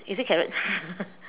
is it carrots